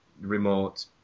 remote